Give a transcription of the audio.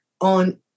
on